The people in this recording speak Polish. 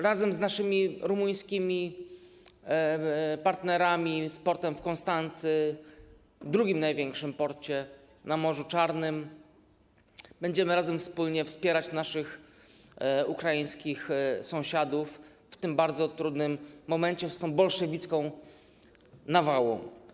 Razem z naszymi rumuńskimi partnerami, z portem w Konstancy, drugim największym portem na Morzu Czarnym, będziemy wspólnie wspierać ukraińskich sąsiadów w tym bardzo trudnym momencie, w walce z tą bolszewicką nawałą.